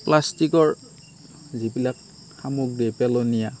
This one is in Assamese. প্লাষ্টিকৰ যিবিলাক সামগ্ৰী পেলনীয়া